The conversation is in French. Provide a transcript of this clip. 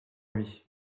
lui